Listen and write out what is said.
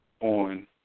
on